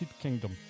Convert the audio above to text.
Kingdom